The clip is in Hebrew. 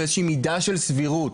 ואיזושהי מידה של סבירות.